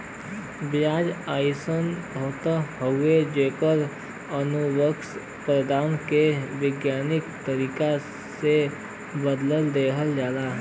बीज अइसन होत हउवे जेकर अनुवांशिक पदार्थ के वैज्ञानिक तरीका से बदल देहल जाला